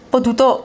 potuto